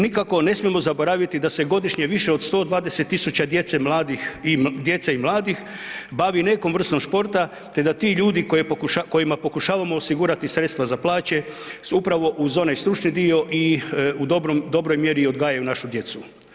Nikako ne smijemo zaboraviti da se godišnje više od 120 tisuća djece, mladih i djece i mladih, bavi nekom vrstom športa te da ti ljudi kojima pokušavamo osigurati sredstva za plaće su upravo uz onaj stručni dio, u dobroj mjeri i odgajaju našu djecu.